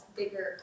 bigger